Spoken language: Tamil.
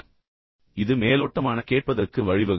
இப்போது இது மேலோட்டமான கேட்பதற்கு வழிவகுக்கும்